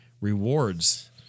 rewards